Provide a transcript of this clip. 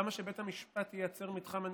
למה שבית המשפט ייצר מתחם ענישה?